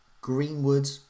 Greenwood